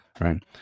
right